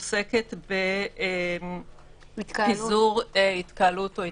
עוסקת בפיזור התקהלות או התכנסות.